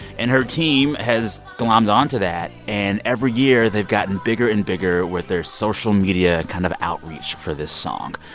and her team has glommed onto that. and every year, they've gotten bigger and bigger with their social media kind of outreach for this song.